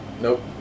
Nope